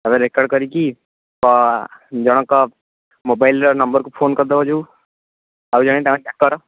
ତା'ପରେ ରେକର୍ଡ଼ କରିକି ଜଣଙ୍କ ମୋବାଇଲ୍ର ନମ୍ବର୍କୁ ଫୋନ୍ କରିଦେବ ଯୋଉ ଆଉ ଜଣେ ତାଙ୍କ ଚାକର